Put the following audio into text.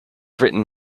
written